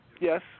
Yes